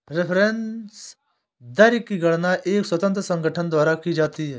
reference दर की गणना एक स्वतंत्र संगठन द्वारा की जाती है